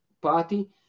party